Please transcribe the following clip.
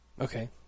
Okay